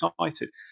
excited